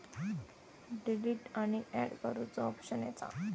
delete आणि and करुचो option येता